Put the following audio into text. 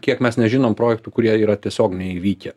kiek mes nežinom projektų kurie yra tiesiog neįvykę